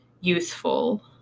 youthful